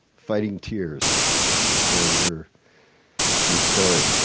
fighting tears hearing your your story.